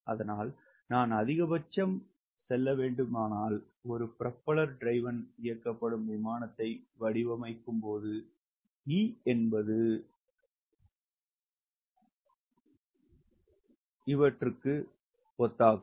அதனால்நான் அதிகபட்சமாக செல்ல வேண்டுமானால் ஒரு ரொபெல்லர் டிரைவ்ன் இயக்கப்படும் விமானத்தை வடிவமைக்கும்போது E என்பது ஒத்தாகும்